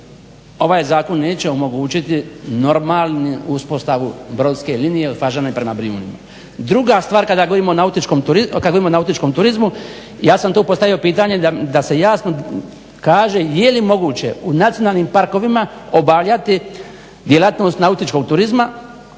ovaj zakon neće omogućiti normalnu uspostavu brodske linije od Fažane prema Brijunima. Druga stvar kada govorimo o nautičkom turizmu, ja sam tu postavio pitanje da se jasno kaže je li moguće u nacionalnim parkovima obavljati djelatnost nautičkog turizma